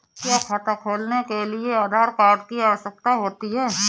क्या खाता खोलने के लिए आधार कार्ड की आवश्यकता होती है?